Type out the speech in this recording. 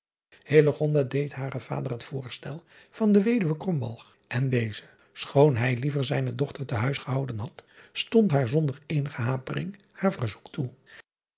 deed haren vader het voorstel van de weduwe en deze schoon hij liever zijne dochter te huis gehouden had stond haar zonder eenige hapering haar verzoek toe